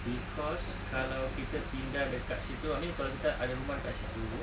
cause kalau kita pindah dekat situ I mean kalau kita ada rumah kat situ